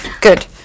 Good